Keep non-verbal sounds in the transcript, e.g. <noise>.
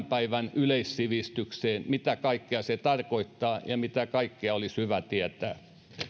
<unintelligible> päivän yleissivistykseen mitä kaikkea se tarkoittaa ja mitä kaikkea olisi hyvä tietää